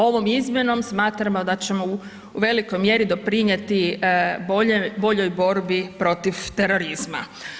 Ovom izmjenom smatramo da ćemo u velikoj mjeri doprinijeti boljoj borbi protiv terorizma.